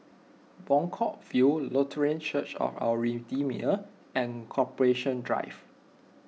Buangkok View Lutheran Church of Our Redeemer and Corporation Drive